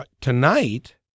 tonight